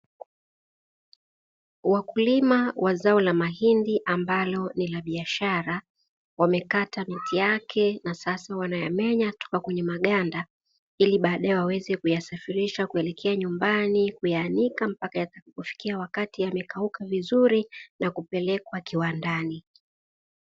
Wakulima wa zao la mahindi ambalo ni la biashara, wamekata miti yake na sasa wanayamenya toka kwenye maganda, ili baadae waweze kuyasafirisha kuelekea nyumbani kuyaanika mpaka yatakapofikia wakati yamekauka vizuri, na kupelekwa kiwandani.